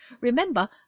Remember